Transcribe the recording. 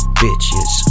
bitches